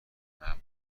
ممنون